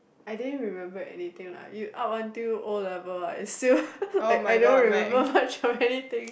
I didn't remember anything lah you up until O-level I still I I don't remember much of anything